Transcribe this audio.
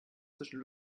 zwischen